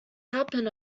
happened